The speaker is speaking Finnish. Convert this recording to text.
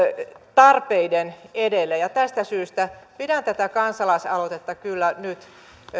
tarpeiden edelle tästä syystä pidän tätä kansalaisaloitetta kyllä nyt